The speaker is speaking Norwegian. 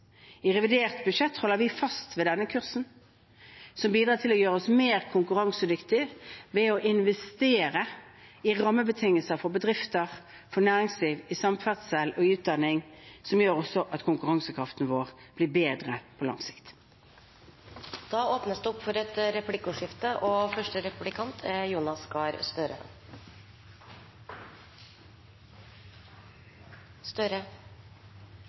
I revidert budsjett holder vi fast ved denne kursen som bidrar til å gjøre oss mer konkurransedyktig, ved å investere i rammebetingelser for bedrifter, for næringsliv, i samferdsel og i utdanning som også gjør at konkurransekraften vår blir bedre på lang sikt.